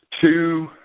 two